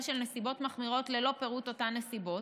של נסיבות מחמירות ללא פירוט של אותן נסיבות,